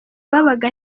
yabaga